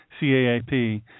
CAAP